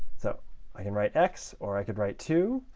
so i can write x or i could write two,